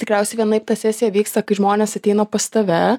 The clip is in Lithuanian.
tikriausiai vienaip ta sesija vyksta kai žmonės ateina pas tave